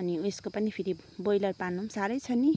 अनि उयेसको पनि फेरि ब्रोइलर पाल्नु पनि साह्रै छ नि